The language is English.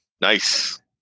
Nice